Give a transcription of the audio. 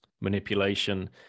manipulation